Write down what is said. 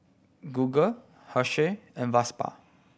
Google Herschel and Vespa